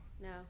No